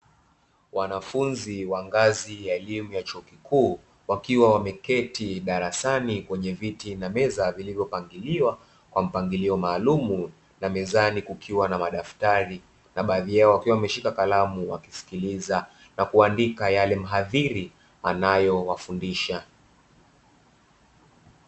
Wanafunzi wa ngazi ya elimu ya chuo kikuu, wakiwa wameketi darasani kwenye viti na meza, vilivyopangiliwa kwa mpangilio maalumu na mezani kukiwa na madaftari, na baadhi yao wakiwa wameshika kalamu wakisikiliza na kuandika yale mhadhiri anayo wafundisha.